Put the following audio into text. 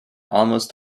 almost